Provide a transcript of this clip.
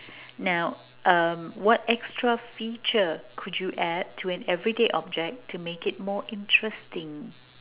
now uh what extra feature could you add to an everyday object to make it more interesting